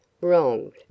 wronged